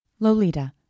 Lolita